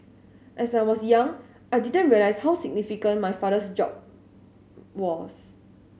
as I was young I didn't realise how significant my father's job was